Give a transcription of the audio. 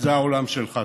זה העולם שלך.